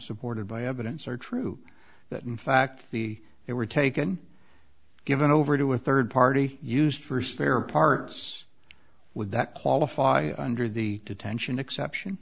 supported by evidence are true that in fact the they were taken given over to a third party used for spare parts would that qualify under the detention exception